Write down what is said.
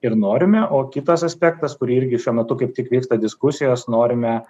ir norime o kitas aspektas kurį irgi šiuo metu kaip tik vyksta diskusijos norime